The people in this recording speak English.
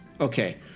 Okay